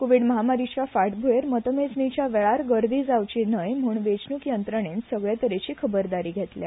कोविड महामारीचे फाटभुयेर मतमेजणीच्या वेळार गर्दी जावची न्हय म्ह्ण वेचणूक यंत्रणेन सगले तरेची खबरदारी घेतल्या